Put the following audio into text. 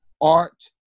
art